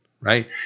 right